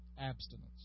abstinence